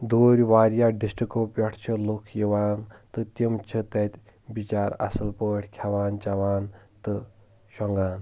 دوٗر واریاہ ڈسٹرکو پٮ۪ٹھ چھِ لُکھ یِوان تہٕ تِم چھِ تتہِ بچار اصل پٲٹھۍ کھٮ۪وان چٮ۪وان تہٕ شۄنٛگان